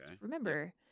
remember